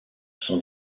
sont